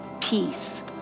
peace